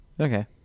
Okay